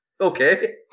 Okay